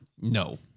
no